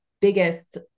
biggest